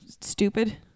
stupid